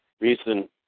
recent